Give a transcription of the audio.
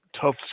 tough